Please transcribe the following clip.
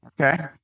okay